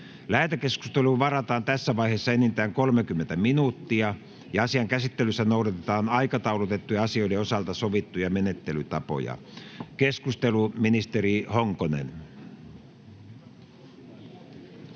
Lähetekeskusteluun varataan tässä vaiheessa enintään 30 minuuttia. Asian käsittelyssä noudatetaan aikataulutettujen asioiden osalta sovittuja menettelytapoja. — Keskustelu, ministeri Honkonen.